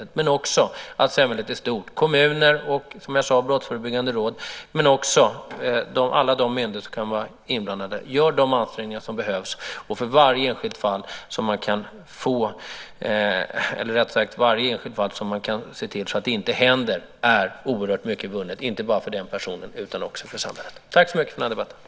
Det sker också genom att samhället i stort - kommuner och brottsförebyggande råd liksom alla de myndigheter som kan vara inblandade - gör de ansträngningar som behöver göras. Och i varje enskilt fall där man kan förhindra att sådant händer är oerhört mycket vunnet. Det gäller inte bara för den person som kunde ha blivit utsatt utan också för samhället i stort.